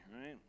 right